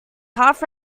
half